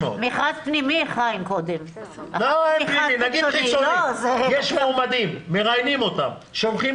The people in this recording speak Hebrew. מכרז, יש מועמדים, מראיינים אותם, שולחים